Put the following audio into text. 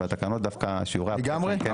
ובתקנות שיעורי הפחת דווקא כן עודכנו.